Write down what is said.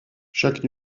chaque